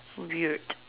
so weird